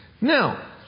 Now